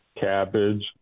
cabbage